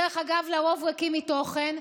דרך אגב, לרוב ריקים מתוכן,